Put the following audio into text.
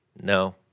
No